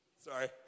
Sorry